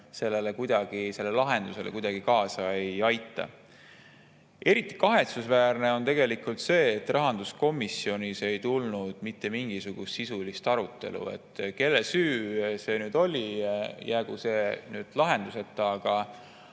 mis lahendusele kuidagi kaasa ei aita. Eriti kahetsusväärne on tegelikult see, et rahanduskomisjonis ei tulnud mitte mingisugust sisulist arutelu. Kelle süü see oli, jäägu [vastuseta],